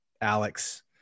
Alex